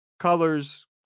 colors